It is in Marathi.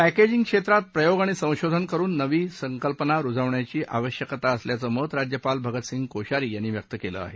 पॅकेजिंग क्षेत्रात प्रयोग आणि संशोधन करून नवीन संकल्पना रुजवण्याची आवश्यकता असल्याचं मत राज्यपाल भगतसिंग कोश्यारी यांनी व्यक्त केलं आहे